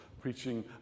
preaching